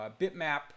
bitmap